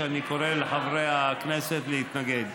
אני קורא לחברי הכנסת להתנגד.